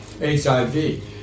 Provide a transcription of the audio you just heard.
HIV